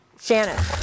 Shannon